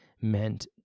meant